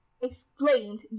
exclaimed